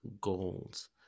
goals